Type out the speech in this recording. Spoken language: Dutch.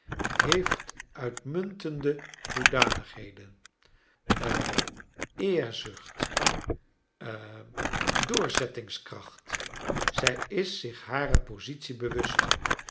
heeft uitmuntende hoedanigheden ha eerzucht hm doorzettingskracht zij is zich hare positie bewust